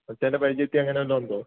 മച്ചാൻ്റെ പരിചയത്തില് അങ്ങനെ വല്ലതുമുണ്ടോ